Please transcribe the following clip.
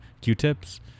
Q-tips